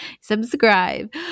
Subscribe